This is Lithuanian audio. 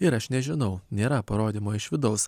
ir aš nežinau nėra parodymo iš vidaus